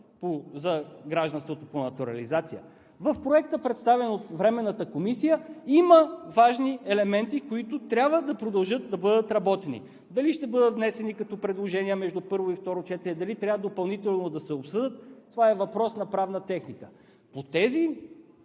за гражданството по натурализация. В Проекта, представен от Временната комисия, има важни елементи, които трябва да продължат да бъдат работени. Дали ще бъдат внесени като предложения между първо и второ четене, дали трябва допълнително да се обсъдят, това е въпрос на правна техника. По тези